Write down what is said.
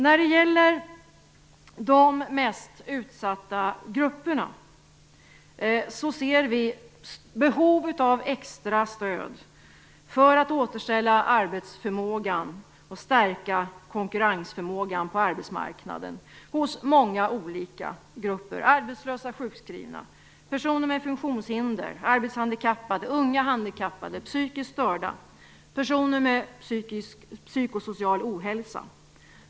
När det gäller de mest utsatta grupperna ser vi ett behov av extra stöd för att återställa arbetsförmågan och stärka konkurrensförmågan hos många olika grupper på arbetsmarknaden - arbetslösa, sjukskrivna, personer med funktionshinder, arbetshandikappade, unga handikappade, psykiskt störda och personer med psykosocial ohälsa.